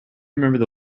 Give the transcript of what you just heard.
remembered